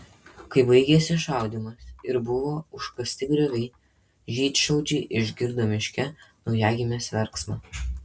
kai baigėsi šaudymas ir buvo užkasti grioviai žydšaudžiai išgirdo miške naujagimės verksmą